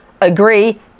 Agree